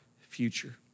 future